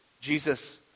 Jesus